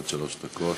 עד שלוש דקות.